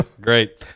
great